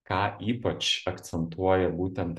ką ypač akcentuoja būtent